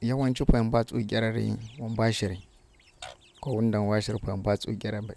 Yawanchi pwe mbwa tsu gyara ri wa mbwa shǝri ko wundwangyǝ wa shirǝ pwe mbwa tsu gyara ri